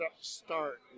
start